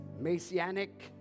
messianic